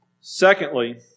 Secondly